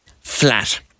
flat